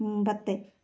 മുമ്പത്തെ